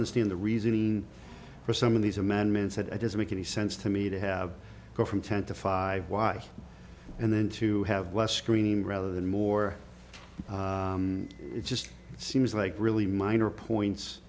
understand the reasoning for some of these amendments that i just make any sense to me to have go from ten to five why and then to have less screening rather than more it just seems like really minor points